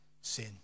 sin